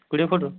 କୋଡ଼ିଏ ଫୁଟ୍